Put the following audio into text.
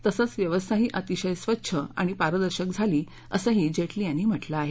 तसंच व्यवस्थाही अतिशय स्वच्छ आण पारदर्शक झाली असंही जेटली यांनी म्हटलं आहे